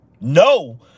No